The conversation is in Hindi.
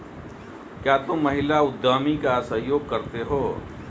क्या तुम महिला उद्यमी का सहयोग करते हो?